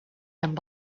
amb